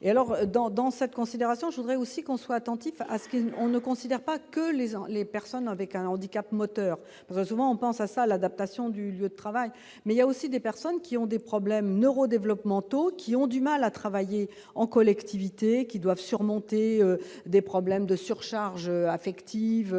et alors dans dans cette considération, je voudrais aussi qu'on soit attentif à ce qu'on ne considère pas que les enfants, les personnes avec un handicap moteur, souvent, on pense à ça, l'adaptation du lieu de travail, mais il y a aussi des personnes qui ont des problèmes neuro-développement qui ont du mal à travailler en collectivité qui doivent surmonter des problèmes de surcharge affective,